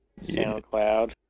SoundCloud